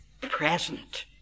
present